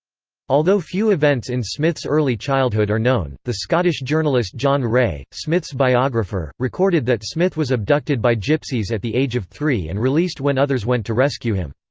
although few events in smith's early childhood are known, the scottish journalist john rae, smith's biographer, recorded that smith was abducted by gypsies at the age of three and released when others went to rescue him.